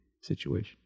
situation